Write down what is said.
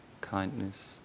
kindness